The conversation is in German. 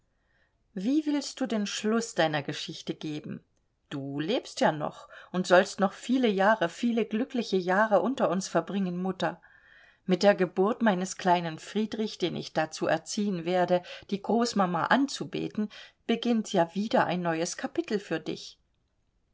wie willst du den schluß deiner geschichte geben du lebst ja noch und sollst noch viele jahre viele glückliche jahre unter uns verbringen mutter mit der geburt meines kleinen friedrich den ich dazu erziehen werde die großmama anzubeten beginnt ja wieder ein neues kapitel für dich